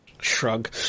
Shrug